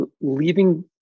Leaving